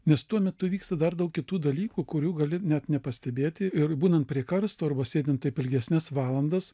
nes tuo metu vyksta dar daug kitų dalykų kurių gali net nepastebėti ir būnant prie karsto arba sėdint taip ilgesnes valandas